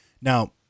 Now